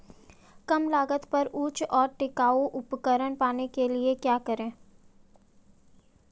कम लागत पर उचित और टिकाऊ उपकरण पाने के लिए क्या करें?